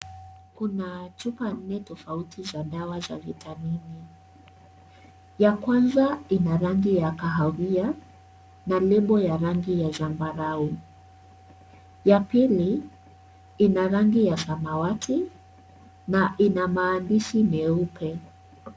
Kuna chupa nne tofauti za dawa za vitamini ya kwanza ina rangi ya kahawia na lebo ya rangi ya zambarau. Ya pili, ina rangi ya samawati na ina maandishi meupe.